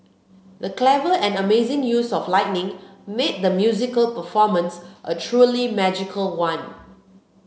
the clever and amazing use of lighting made the musical performance a truly magical one